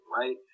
Right